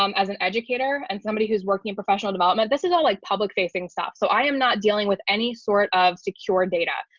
um as an educator, and somebody who's working in professional development, this is all like public facing stuff. so i am not dealing with any sort of secure data.